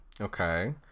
Okay